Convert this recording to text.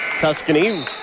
Tuscany